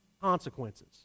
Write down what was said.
consequences